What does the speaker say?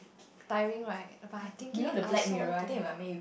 tiring right but I thinking I saw to